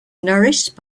nourished